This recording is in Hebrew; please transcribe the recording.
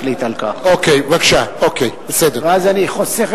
ולקשר בין הכנסת ושרי הממשלה